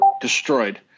destroyed